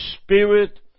Spirit